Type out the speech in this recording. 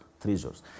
treasures